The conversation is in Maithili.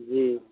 जी